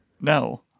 no